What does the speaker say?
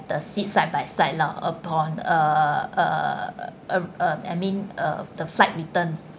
the sit side by side lah upon uh uh uh uh I mean uh the flight return